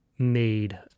made